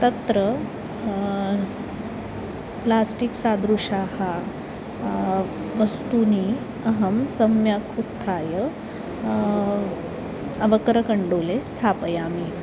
तत्र प्लास्टिक् सदृशानि वस्तूनि अहं सम्यक् उत्थाय अवकरकण्डोले स्थापयामि